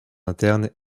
interne